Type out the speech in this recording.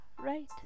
right